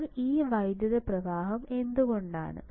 ഇപ്പോൾ ഈ വൈദ്യുത പ്രവാഹം എന്തുകൊണ്ടാണ്